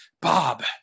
bob